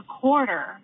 quarter